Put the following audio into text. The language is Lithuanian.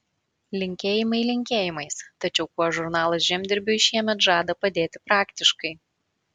linkėjimai linkėjimais tačiau kuo žurnalas žemdirbiui šiemet žada padėti praktiškai